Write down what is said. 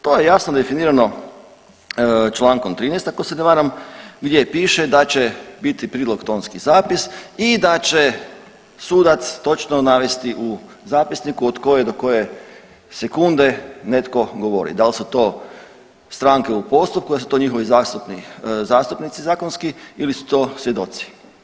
To je jasno definirano Člankom 13. ako se ne varam, gdje piše da će biti prilog tonski zapis i da će sudac točno navesti u zapisniku od koje do koje sekunde netko govori, da li su to stranke u postupku, da li su njihovi zastupnici zakonski ili su to svjedoci.